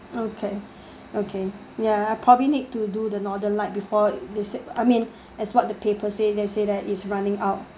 okay okay ya I probably need to do the northern light before they said I mean as what the paper say they say that is running out